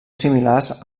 similars